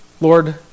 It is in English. Lord